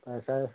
ऐसा है